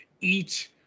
eat